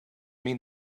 mean